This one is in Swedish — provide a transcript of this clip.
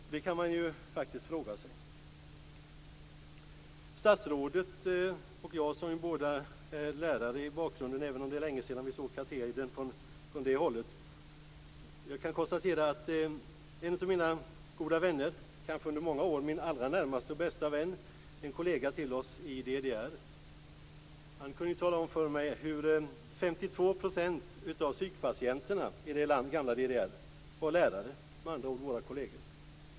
Och det kan man ju faktiskt fråga sig. Statsrådet och jag har båda vår bakgrund som lärare, även om det är länge sedan vi satt i katedern. En av mina goda vänner, under många år kanske min allra närmaste och bästa vän, en kollega till oss i DDR, kunde tala om för mig att 52 % av psykpatienterna i det gamla DDR var lärare, med andra ord våra kolleger.